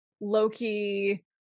Loki